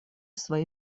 свои